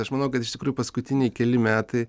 aš manau kad iš tikrųjų paskutiniai keli metai